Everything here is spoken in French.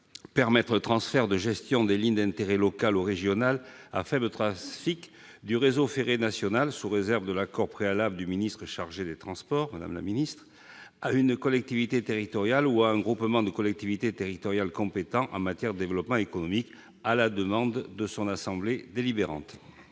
permettre le transfert de la gestion des lignes d'intérêt local ou régional à faible trafic du réseau ferré national, sous réserve de l'accord préalable du ministre chargé des transports, à une collectivité territoriale ou à un groupement de collectivités territoriales compétent en matière de développement économique, à la demande de son assemblée délibérante.